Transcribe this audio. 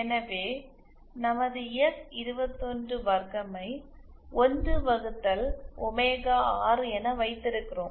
எனவே நமது எஸ்212 ஐ 1 வகுத்தல் ஒமேகா 6 என வைத்திருக்கிறோம்